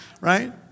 right